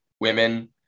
women